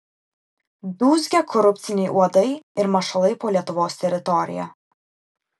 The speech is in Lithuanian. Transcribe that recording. dūzgia korupciniai uodai ir mašalai po lietuvos teritoriją